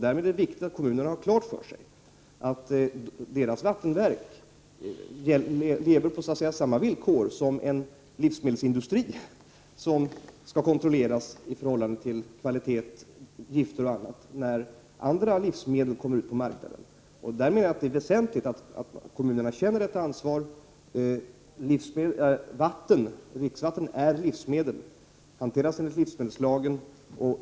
Därmed är det viktigt att kommunerna har klart för sig att deras vattenverk så att säga lever på samma villkor som en livsmedelsindustri, som skall kontrolleras i vad gäller produkternas kvalitet, gifter och annat. Därmed är det väsentligt att kommunerna känner ett ansvar. Dricksvatten är alltså livsmedel, och det hanteras enligt livsmedelslagen.